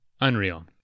Unreal